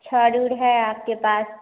छड़ उड़ है आपके पास